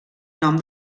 nom